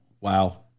Wow